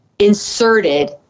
inserted